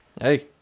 Hey